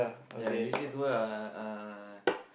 ya you say to her ah uh